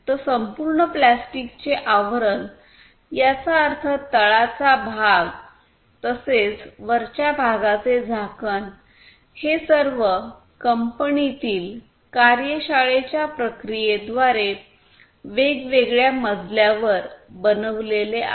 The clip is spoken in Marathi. तर संपूर्ण प्लास्टिकचे आवरण याचा अर्थ तळाचा भाग तसेच वरच्या भागाचे झाकण हे सर्व कंपनीतील कार्यशाळेच्या प्रक्रियेद्वारे वेगवेगळ्या मजल्यावर बनविलेले आहेत